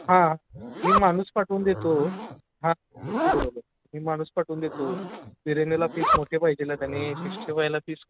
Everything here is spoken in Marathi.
हां मी माणूस पाठवून देतो हां बरोबर मी माणूस पाठवून देतो बिर्याणीला पिस मोठे पाहिजे आहेत आणि सिक्स्टी फायला पिस